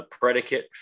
predicate